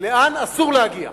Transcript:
לאן אסור להגיע.